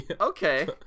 okay